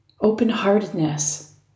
open-heartedness